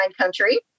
Country